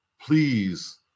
Please